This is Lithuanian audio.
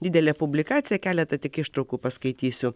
didelė publikacija keletą ištraukų paskaitysiu